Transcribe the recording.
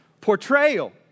portrayal